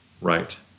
Right